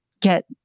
get